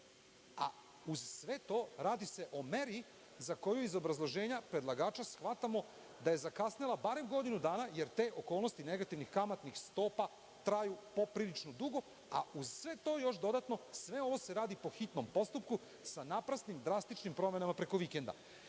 a uz sve to radi se o meri za koju, iz obrazloženja predlagača, shvatamo da je zakasnela barem godinu dana, jer te okolnosti negativnih kamatnih stopa traju poprilično dugo, a uz sve to ovo se radi po hitnom postupku sa naprasnim, drastičnim promenama preko vikenda.